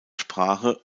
sprache